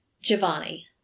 Giovanni